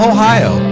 Ohio